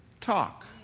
talk